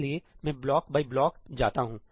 इसलिए मैं block by block जाता हूं